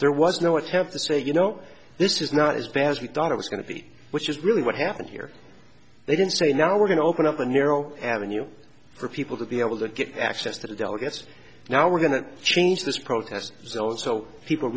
there was no what have to say you know this is not as bad as we thought it was going to be which is really what happened here they didn't say now we're going to open up a narrow avenue for people to be able to get access to the delegates now we're going to change this protest zone so people